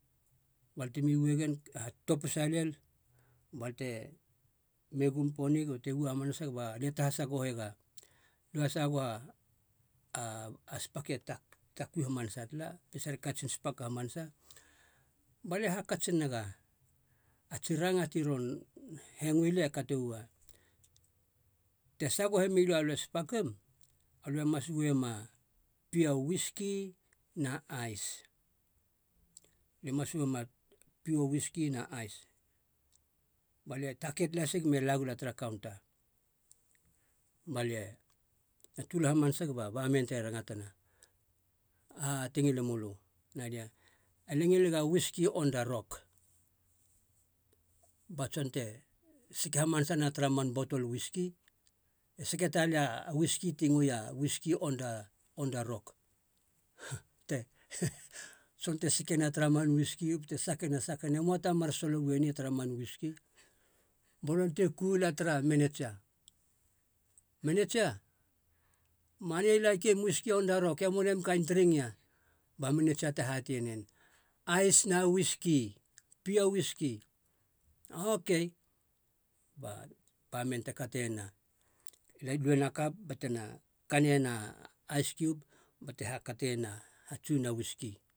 Bal temi ue gen, hatopisa lel bal te mi gum poneg bate ua hamasag balia te hasagohega, liu hasagoha a- a spak e ta- takui hamanasa tala pesar e katsin spak hamanasa. Balie hakats nega tsi ranga ti ron hengoi lia e katoua, te sage milö alö e spakim, alöe mas uema piua wiski na ais, löe mas uema piua wiski na ais. Balie take talasig me lagula tara kaunta, balie na tuol hamasag ba baman te rangatana. Aha te ngile mölö? Na lia ngilega wiski on da rok, ba tson te seke hamanasana tara man botol wiski, e seke talei a wiski ti ngoeia wiski on da on da rok. tson te sekena tara man wiski, bate sakena, sakena moa tamar solo ueni tara man wiski. Ba nonei te ku la tara, menetsia, menetsia man ya i laikim wiski on da rok, em wanem kain tring ya. Ba menetsia te hatei nen, ais na wiski, piua wiski. Ok, ba baman te katena, luena kap batena kanena ais kub bate hakatena, hatsu nena wiski.